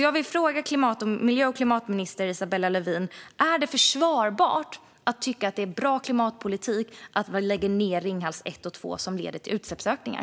Jag vill fråga miljö och klimatminister Isabella Lövin: Är det försvarbart att tycka att det är bra klimatpolitik att lägga ned Ringhals 1 och 2, vilket leder till utsläppsökningar?